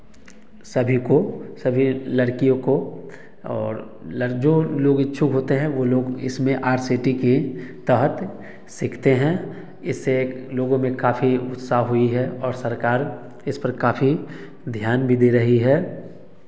सभी को सभी लड़कियों को और लर जो लोग इच्छुक होते हैं वो लोग इसमें सी टी की तहत सीखते हैं इससे एक लोगों में काफ़ी उत्साह हुई है और सरकार इस पर काफ़ी ध्यान भी दे रही है